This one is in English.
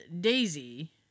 Daisy